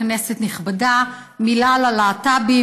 כנסת נכבדה, מילה על הלהט"בים.